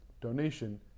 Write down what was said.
donation